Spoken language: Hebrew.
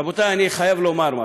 רבותי, אני חייב לומר משהו,